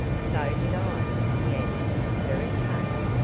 so did i, he answered, very pale.